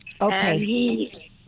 Okay